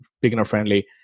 beginner-friendly